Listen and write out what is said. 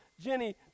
Jenny